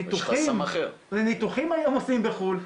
ניתוחים היום עושים בחו"ל,